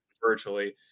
virtually